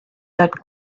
that